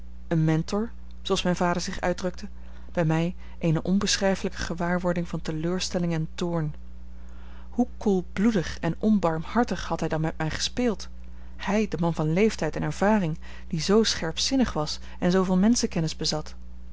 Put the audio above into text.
een mentor zooals mijn vader zich uitdrukte bij mij eene onbeschrijfelijke gewaarwording van teleurstelling en toorn hoe koelbloedig en onbarmhartig had hij dan met mij gespeeld hij de man van leeftijd en ervaring die zoo scherpzinnig was en zooveel menschenkennis bezat